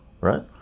right